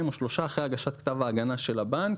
או שלושה אחרי הגשת כתב ההגנה של הבנק,